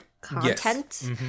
content